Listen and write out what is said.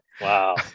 Wow